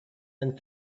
and